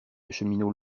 cheminot